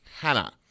Hannah